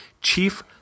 chief